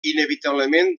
inevitablement